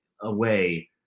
away